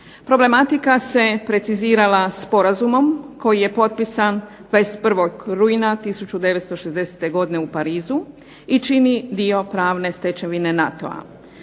Problematika se precizirala sporazumom koji je potpisan 21. rujna 1960. godine u Parizu i čini dio pravne stečevine NATO-a.